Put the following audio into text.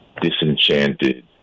disenchanted